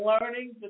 learning